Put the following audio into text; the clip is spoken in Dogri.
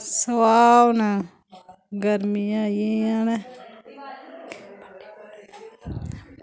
सोआह् हून गरमियां आई गेइयां न